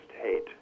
hate